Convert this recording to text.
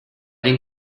den